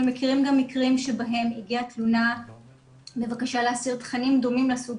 אנחנו גם מכירים מקרים שבהם הגיעה תלונה בבקשה להסיר תכנים דומים מהסוג